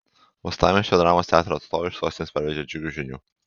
uostamiesčio dramos teatro atstovai iš sostinės parvežė džiugių žinių